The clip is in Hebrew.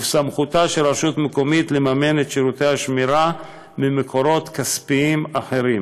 ובסמכותה של רשות מקומית לממן את שירותי השמירה ממקורות כספיים אחרים.